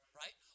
right